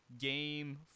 game